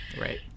Right